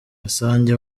isange